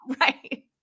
Right